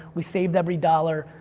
we saved every dollar.